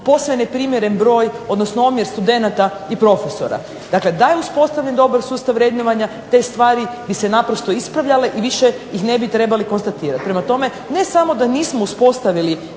posve neprimjeren broj, odnosno omjer studenata i profesora. Dakle, da je uspostavljen dobar sustav vrednovanja te stvari bi se naprosto ispravljale i više ih ne bi trebali konstatirati. Prema tome, ne samo da nismo uspostavili